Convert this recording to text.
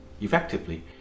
effectively